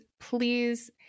please